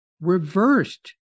reversed